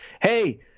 hey